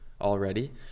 already